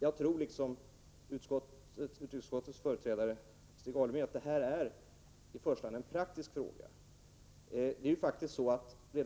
Jag tror liksom utrikesutskottets företrädare Stig Alemyr att detta i första hand är en praktisk fråga.